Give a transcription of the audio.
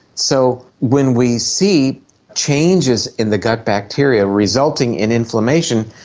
so when we see changes in the gut bacteria resulting in inflammation,